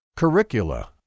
Curricula